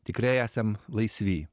tikrai esam laisvi